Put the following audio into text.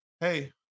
Hey